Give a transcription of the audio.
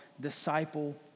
disciple